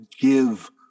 give